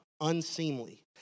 unseemly